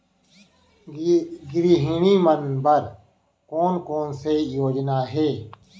गृहिणी मन बर कोन कोन से योजना हे?